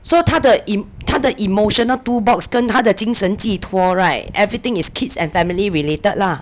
so 她的 em~ emotional toolbox 跟她的精神寄托 [right] everything is kids and family related lah